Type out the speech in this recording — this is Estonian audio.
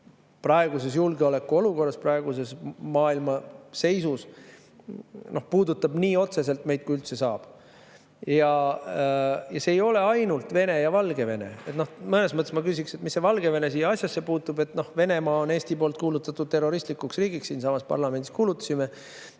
Praeguses julgeolekuolukorras, praeguses maailma seisus puudutab see meid nii otseselt, kui üldse saab. Ja see ei ole ainult Vene ja Valgevene. Mõnes mõttes ma küsiks, et mis see Valgevene siia asjasse puutub. Venemaa on Eesti poolt kuulutatud terroristlikuks riigiks, siinsamas parlamendis kuulutasime,